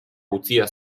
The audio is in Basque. utzia